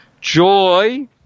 joy